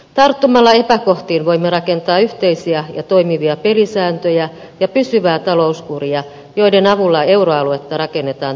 tarttumalla epäkohtiin voimme rakentaa yhteisiä ja toimivia pelisääntöjä ja pysyvää talouskuria joiden avulla euroaluetta raken netaan tulevaisuudessa